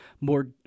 more